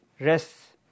rest